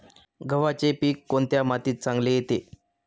गव्हाचे पीक कोणत्या मातीत चांगले येते?